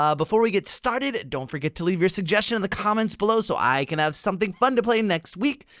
um before we get started, don't forget to leave your suggestion in the comments below so i can have something fun to play next week.